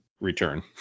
return